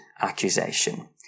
accusation